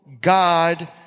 God